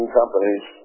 companies